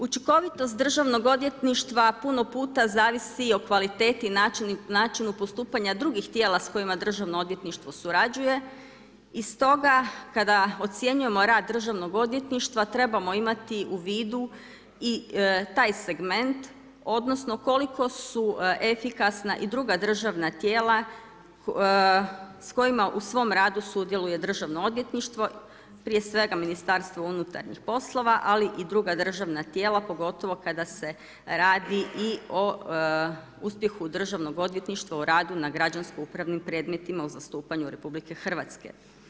Učinkovitost Državnog odvjetništva puno puta zavisi i o kvaliteti, načinu postupanja drugih tijela s kojima Državno odvjetništvo surađuje i stoga kada ocjenjujemo rad Državnog odvjetništva trebamo imati u vidu i taj segment, odnosno koliko su efikasna i druga državna tijela s kojima u svom radu sudjeluje Državno odvjetništvo prije svega Ministarstvo unutarnjih poslova, ali i druga državna tijela pogotovo kada se radi i o uspjehu Državnog odvjetništva o radu na građansko-upravnim predmetima u zastupanju Republike Hrvatske.